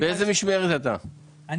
ברגע שתפרידו את זה זה יהיה יותר חכם.